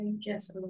Yes